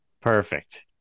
Perfect